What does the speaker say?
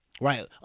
Right